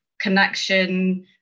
connection